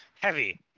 Heavy